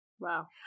Wow